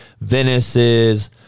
Venice's